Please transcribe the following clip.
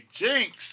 jinx